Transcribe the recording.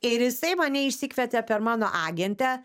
ir jisai mane išsikvietė per mano agentę